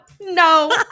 No